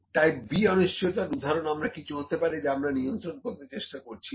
type B অনিশ্চয়তার উদাহরণ অনেক কিছু হতে পারে যা আমরা নিয়ন্ত্রণ করতে চেষ্টা করছি না